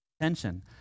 attention